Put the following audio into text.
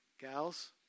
gals